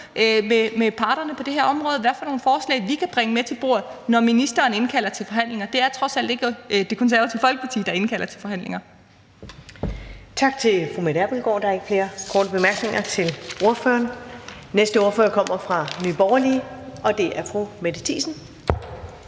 med parterne på det her område om, hvad for nogle forslag vi kan bringe med til bordet, når ministeren indkalder til forhandlinger. Det er trods alt ikke Det Konservative Folkeparti, der indkalder til forhandlinger.